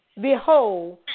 behold